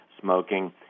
smoking